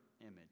image